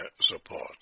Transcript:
support